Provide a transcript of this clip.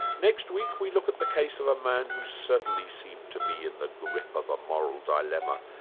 next week we look at the case of a man who's certainly seemed to be in the grip of a moral dilemma,